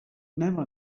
never